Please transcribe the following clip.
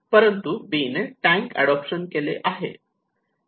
परंतु 'बी' ने टँक अडोप्शन केले